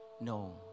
No